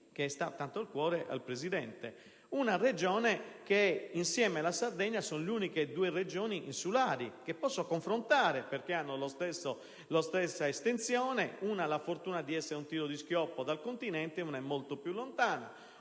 che sta tanto a cuore al Presidente; una Regione che insieme alla Sardegna è l'unica regione insulare e le posso confrontare perché hanno la stessa estensione. Una ha la fortuna di essere ad un tiro di schioppo dal continente e l'altra è molto più lontana;